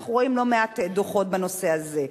אנחנו רואים לא מעט דוחות בנושא הזה.